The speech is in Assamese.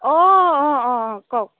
অ' অ' অ' অ' কওক